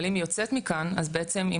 אבל אם היא יוצאת מכאן אז בעצם היא